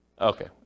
Okay